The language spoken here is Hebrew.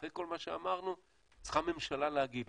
אחרי כל מה שאמרנו צריכה ממשלה להגיד,